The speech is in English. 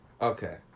Okay